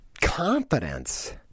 confidence